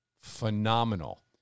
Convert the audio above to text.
phenomenal